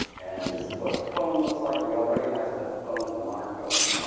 and this is what a phone looks like. we all recognize that that's a phone. that's a modern phone.